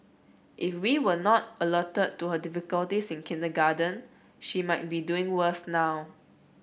if we were not alerted to her difficulties in kindergarten she might be doing worse now